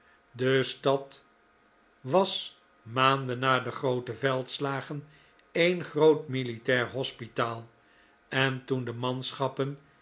de stad was maanden na de groote veldslagen een groot militair hospitaal en toen de manschappen